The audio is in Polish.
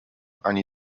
ani